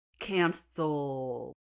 cancel